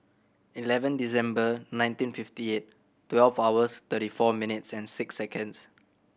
eleven December nineteen fifty eight twelve hours thirty four minutes and six seconds